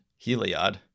Heliod